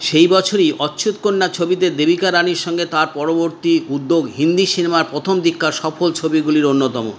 সেই বছরই অচ্ছুৎ কন্যা ছবিতে দেবিকা রানীর সঙ্গে তাঁর পরবর্তী উদ্যোগ হিন্দি সিনেমার প্রথম দিককার সফল ছবিগুলির অন্যতম